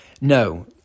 No